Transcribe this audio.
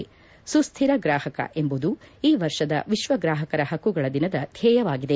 ಸುಸ್ತಿರ ಗ್ರಾಹಕ ಎಂಬುದು ಈ ವರ್ಷದ ವಿಶ್ವ ಗ್ರಾಹಕರ ಹಕ್ಕುಗಳ ದಿನದ ಧ್ಯೇಯವಾಗಿದೆ